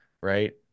right